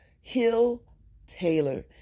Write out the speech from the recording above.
Hill-Taylor